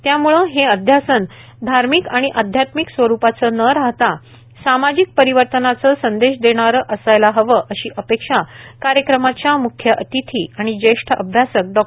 त्यामुळे हे अध्यासन धार्मिक आणि अध्यात्मिक स्वरुपाच न राहता सामाजिक परिवर्तनाचा संदेश देणारे असायला हवे अशी अपेक्षा कार्यक्रमाच्या मुख्य अतिथी आणि ज्येष्ठ अभ्यासक डॉ